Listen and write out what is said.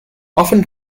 often